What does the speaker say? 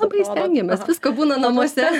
labai stengiamės visko būna namuose